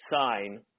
sign –